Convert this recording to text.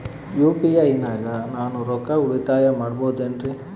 UPI ನಾಗ ನಾನು ರೊಕ್ಕ ಉಳಿತಾಯ ಮಾಡಬಹುದೇನ್ರಿ?